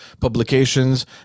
publications